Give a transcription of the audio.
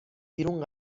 بیرون